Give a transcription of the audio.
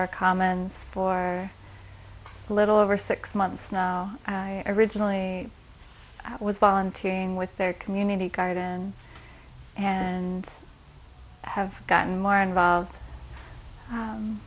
our comments for a little over six months now i originally was volunteering with their community garden and have gotten more involved